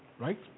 right